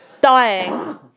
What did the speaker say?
dying